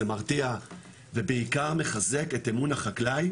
זה מרתיע ובעיקר מחזק את אמון החקלאי